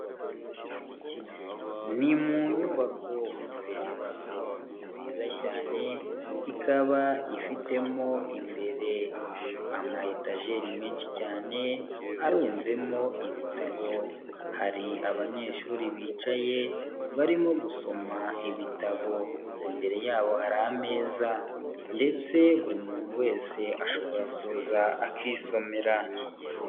Ni mu nyubako inyubako nziza cyane ikaba ifitemo imbere amayetajeri menshi cyane arunzemo ibitabo, hari abanyeshuri bicaye barimo gusoma ibitabo, imbere yabo hari ameza ndetse buri muntu wese ashobora kuza akisomera.